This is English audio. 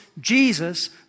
Jesus